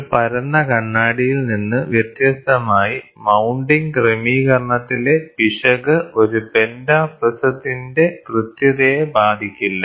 ഒരു പരന്ന കണ്ണാടിയിൽ നിന്ന് വ്യത്യസ്തമായി മൌണ്ടിംഗ് ക്രമീകരണത്തിലെ പിശക് ഒരു പെന്റാപ്രിസത്തിന്റെ കൃത്യതയെ ബാധിക്കില്ല